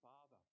Father